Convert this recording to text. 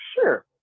Sure